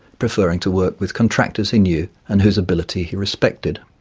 preferring to work with contractors he knew and whose ability he respected.